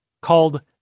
Called